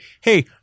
hey